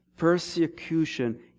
persecution